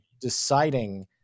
deciding